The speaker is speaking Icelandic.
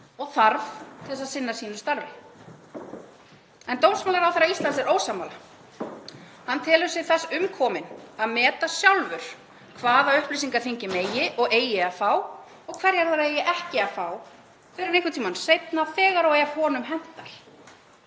og þarf til þess að sinna sínu starfi. En dómsmálaráðherra Íslands er ósammála. Hann telur sig þess umkominn að meta sjálfur hvaða upplýsingar þingið megi og eigi að fá og hverjar það eigi ekki að fá fyrr en einhvern tíma seinna, þegar og ef honum hentar.